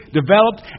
developed